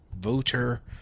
Voter